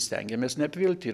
stengiamės neapvilti